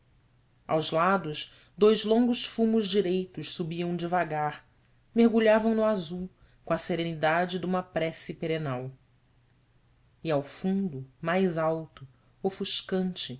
aos lados dous longos fumos direitos subiam devagar mergulhavam no azul com a serenidade de uma prece perenal e ao fundo mais alto ofuscante